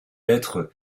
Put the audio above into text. lettre